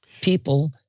people